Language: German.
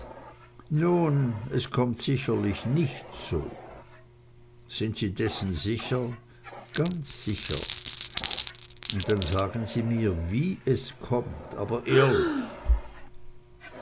nun es kommt sicherlich nicht so sind sie dessen sicher ganz sicher dann sagen sie mir wie es kommt aber ehrlich